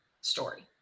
story